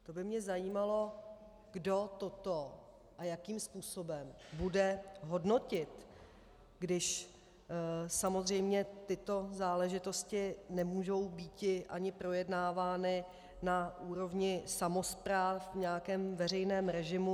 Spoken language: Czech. To by mě zajímalo, kdo toto a jakým způsobem bude hodnotit, když samozřejmě tyto záležitosti nemůžou býti ani projednávány na úrovni samospráv v nějakém veřejném režimu.